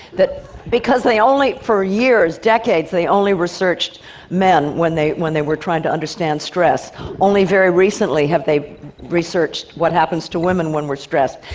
because they only for years, decades they only researched men when they when they were trying to understand stress, only very recently have they researched what happens to women when we're stressed,